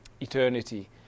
eternity